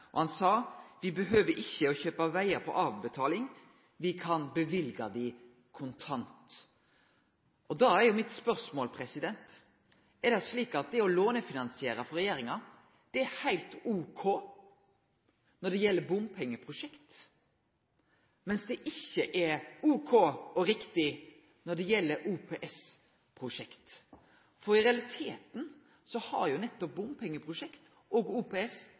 Han sa òg: «Vi behøver ikke å kjøpe veier på avbetaling, vi kan bevilge dem kontant». Da er mitt spørsmål: Er det slik for regjeringa at det å lånefinansiere er heilt ok når det gjeld bompengeprosjekt, mens det ikkje er ok og riktig når det gjeld OPS-prosjekt? I realiteten har bompengeprosjekt og OPS